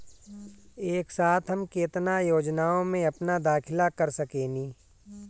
एक साथ हम केतना योजनाओ में अपना दाखिला कर सकेनी?